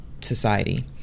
society